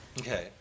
Okay